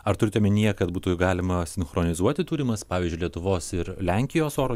ar turite omenyje kad būtų galima sinchronizuoti turimas pavyzdžiui lietuvos ir lenkijos oro